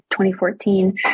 2014